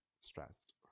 stressed